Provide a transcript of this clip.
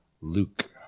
Luke